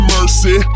Mercy